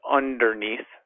underneath